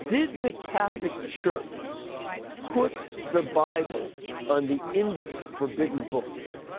did the catholic church put the bible on the index of forbidden books?